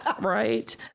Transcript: right